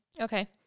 Okay